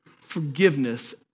forgiveness